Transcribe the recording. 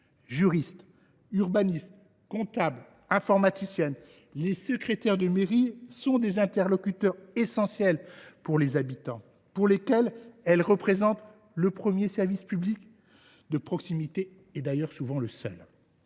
Juristes, urbanistes, comptables, informaticiens, les secrétaires de mairie sont des interlocuteurs essentiels pour les habitants, pour lesquels ils représentent le premier service public de proximité, d’ailleurs souvent le seul…